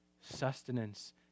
sustenance